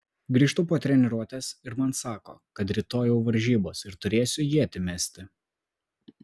grįžtu po treniruotės ir man sako kad rytoj jau varžybos ir turėsiu ietį mesti